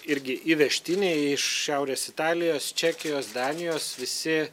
irgi įvežtiniai iš šiaurės italijos čekijos danijos visi